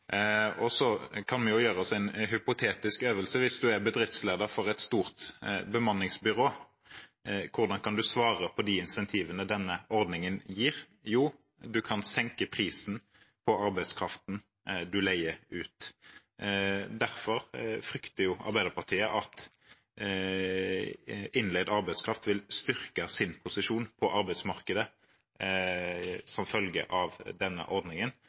Så kan vi jo gjøre en hypotetisk øvelse: Hvis du er en bedriftsleder for et stort bemanningsbyrå, hvordan kan du svare på de insentivene denne ordningen gir? Jo, du kan senke prisen på arbeidskraften du leier ut. Derfor frykter jo Arbeiderpartiet at innleid arbeidskraft vil styrke sin posisjon på arbeidsmarkedet som følge av denne ordningen,